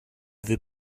veut